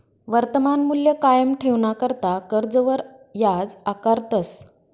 वर्तमान मूल्य कायम ठेवाणाकरता कर्जवर याज आकारतस